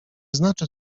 znaczy